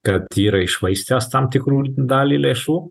kad yra iššvaistęs tam tikrų dalį lėšų